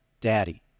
Daddy